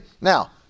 now